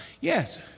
Yes